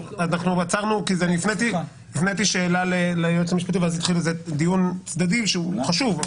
הפניתי שאלה ליועץ המשפטי ואז התחיל דיון צדדי שהוא חשוב,